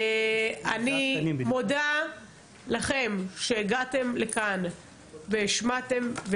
אני מודה לכם שהגעתם לכאן והשמעתם את קולכם,